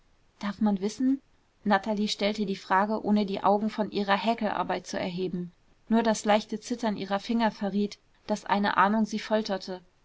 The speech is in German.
darf man wissen natalie stellte die frage ohne die augen von ihrer häkelarbeit zu erheben nur das leichte zittern ihrer finger verriet daß eine ahnung sie folterte